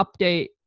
update